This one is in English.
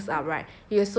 clear things up right